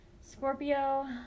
Scorpio